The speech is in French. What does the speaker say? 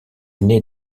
nait